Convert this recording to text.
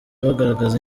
bagaragaza